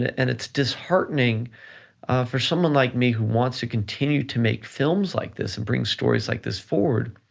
and it's disheartening for someone like me, who wants to continue to make films like this and bring stories like this forward,